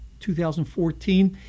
2014